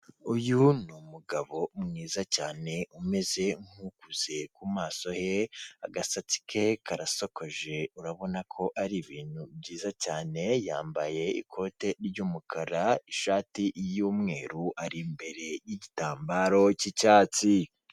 Uyu ni umugabo mwiza cyane, umeze nk'ukuze mu maso he, agasatsi ke karasokoje, urabona ko ari ibintu byiza cyane, yambaye ikote ry'umukara, ishati y'umweru, ari imbere y'igitambaro cy'icyatsi.